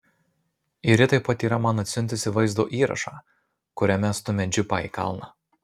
ir ji taip pat yra man atsiuntusi vaizdo įrašą kuriame stumia džipą į kalną